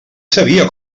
sabia